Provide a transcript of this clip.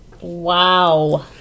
Wow